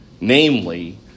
namely